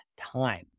time